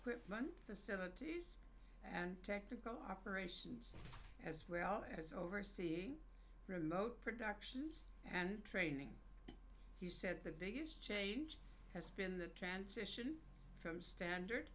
run facilities and tactical operations as well as overseeing remote productions and training he said the biggest change has been the transition from standard